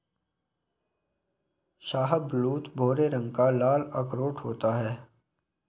शाहबलूत भूरे लाल रंग का अखरोट होता है